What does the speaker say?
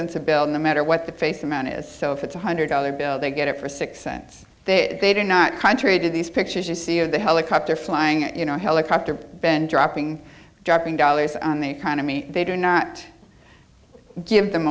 bill no matter what the face amount is so if it's a hundred dollar bill they get it for six cents that they did not contrary to these pictures you see of the helicopter flying you know helicopter been dropping dropping dollars on the economy they do not give them